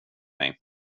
mig